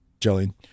jillian